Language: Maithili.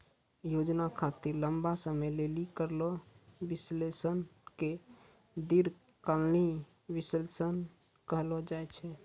नियोजन खातिर लंबा समय लेली करलो विश्लेषण के दीर्घकालीन विष्लेषण कहलो जाय छै